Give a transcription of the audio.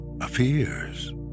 appears